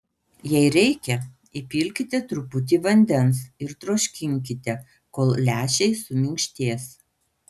jei reikia įpilkite truputį vandens ir troškinkite kol lęšiai suminkštės